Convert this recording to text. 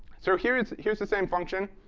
so here's here's the same function